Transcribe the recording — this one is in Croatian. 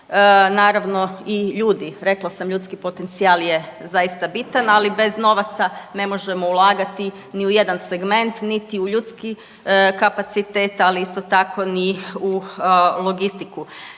Naravno i ljudi. Rekla sam, ljudski potencijal je zaista bitan ali bez novaca ne možemo ulagati ni u jedan segment, niti u ljudski kapacitet ali isto tako ni u logistiku.